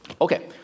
Okay